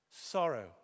sorrow